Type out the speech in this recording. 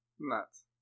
Nuts